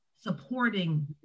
supporting